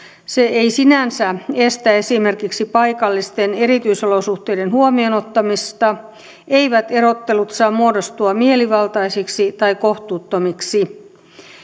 ei sinänsä estä esimerkiksi paikallisten erityisolosuhteiden huomioon ottamista eivät erottelut saa muodostua mielivaltaisiksi tai kohtuuttomiksi